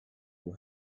will